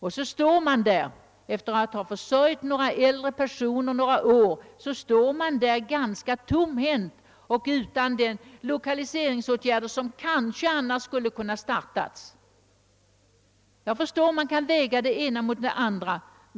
Sedan står man där, efter att ha försörjt några äldre personer några år, ganska tomhänt och utan de lokaliseringsåtgärder som kanske annars kunde ha vidtagits. Jag förstår att man kan väga det ena mot det andra.